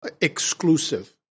exclusive